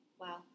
Wow